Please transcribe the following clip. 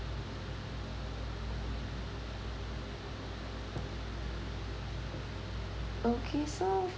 okay so